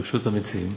ברשות המציעים,